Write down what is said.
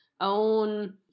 own